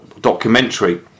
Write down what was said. documentary